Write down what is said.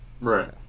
Right